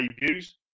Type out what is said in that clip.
debuts